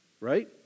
right